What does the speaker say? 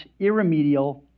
irremedial